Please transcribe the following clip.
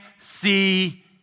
see